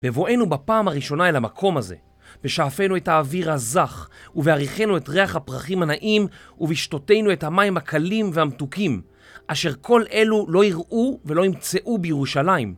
בבואנו בפעם הראשונה אל המקום הזה, בשאפינו את האוויר הזך ובהריחנו את ריח הפרחים הנעים ובשתותינו את המים הקלים והמתוקים, אשר כל אלו לא יראו ולא ימצאו בירושלים.